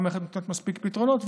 המערכת נותנת מספיק פתרונות.